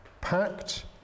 Packed